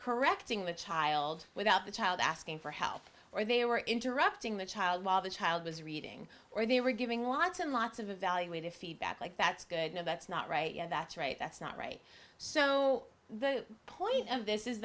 correcting the child without the child asking for help or they were interrupting the child while the child was reading or they were giving lots and lots of the way to feedback like that's good no that's not right yeah that's right that's not right so the point of this is